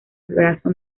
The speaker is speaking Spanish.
brazo